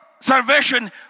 Salvation